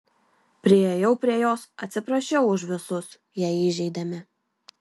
priėjau prie jos atsiprašiau už visus jei įžeidėme